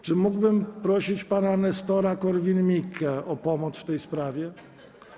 Czy mógłbym prosić pana nestora Korwin-Mikkego o pomoc w tej sprawie?